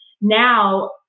Now